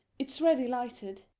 it's ready lighted.